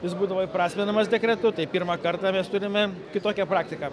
jis būdavo įprasminamas dekretu tai pirmą kartą mes turime kitokią praktiką